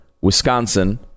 Wisconsin